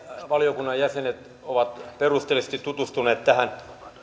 valiokunnan jäsenet ovat perusteellisesti tutustuneet tähän